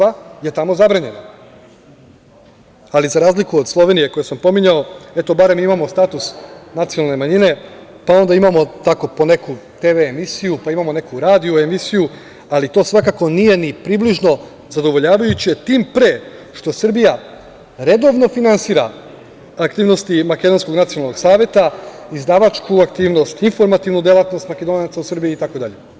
Ali, za razliku od Slovenije, koju sam pominjao, barem imamo status nacionalne manjine, pa onda imamo po neku TV emisiju, pa imamo radio emisiju, ali to svakako nije ni približno zadovoljavajuće, tim pre što Srbija redovno finansira aktivnosti makedonskog Nacionalnog saveta, izdavačku aktivnost, informativnu delatnost Makedonaca u Srbiji, itd.